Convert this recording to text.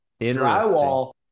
drywall